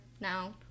now